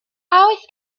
oes